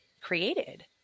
created